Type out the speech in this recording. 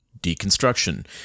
deconstruction